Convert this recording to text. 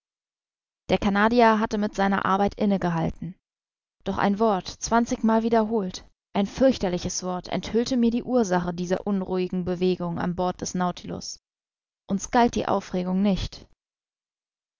der canadier hatte mit seiner arbeit inne gehalten doch ein wort zwanzigmal wiederholt ein fürchterliches wort enthüllte mir die ursache dieser unruhigen bewegung an bord des nautilus uns galt die aufregung nicht